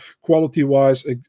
Quality-wise